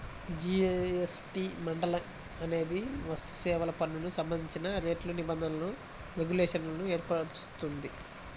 GST మండలి అనేది వస్తుసేవల పన్నుకు సంబంధించిన రేట్లు, నిబంధనలు, రెగ్యులేషన్లను ఏర్పరుస్తుంది